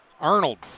Arnold